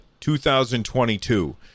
2022